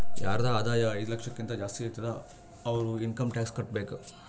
ಯಾರದ್ ಆದಾಯ ಐಯ್ದ ಲಕ್ಷಕಿಂತಾ ಜಾಸ್ತಿ ಇರ್ತುದ್ ಅವ್ರು ಇನ್ಕಮ್ ಟ್ಯಾಕ್ಸ್ ಕಟ್ಟಬೇಕ್